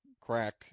crack